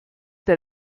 der